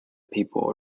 people